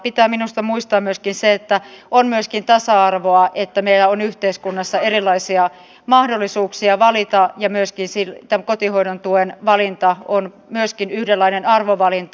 pitää minusta muistaa se että on myöskin tasa arvoa että meillä on yhteiskunnassa erilaisia mahdollisuuksia valita ja kotihoidon tuen valinta on myöskin yhdenlainen arvovalinta